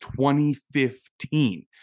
2015